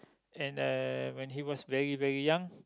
and uh when he was very very young